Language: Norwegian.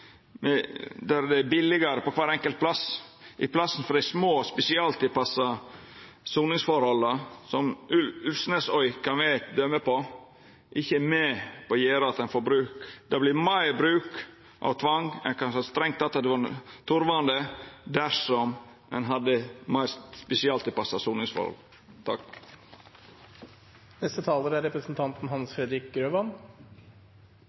der det vert billigare for kvar enkelt plass, i staden for dei små, spesialtilpassa soningsforholda, som Ulvsnesøy kan vera eit døme på, er med på å gjera at ein bruker tvang. Det vert meir bruk av tvang som kanskje ikkje hadde vore turvande dersom ein hadde meir spesialtilpassa soningsforhold. Ombudsmannens oppgave er